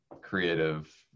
creative